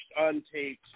untaped